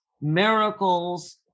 miracles